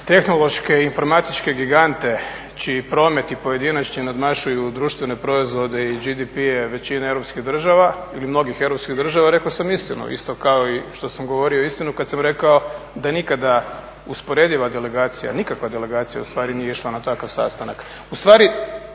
tehnološke i informatičke gigante čiji prometi pojedinačni nadmašuju društvene proizvode i GDP-e većine europskih država ili mnogih europskih država, rekao sam iskreno, isto kao što sam govorio istinu kad sam rekao da nikada usporediva delegacija, nikakva delegacija ustvari nije išla na takav sastanak.